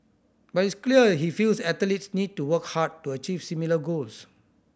but it's clear he feels athletes need to work hard to achieve similar goals